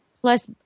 plus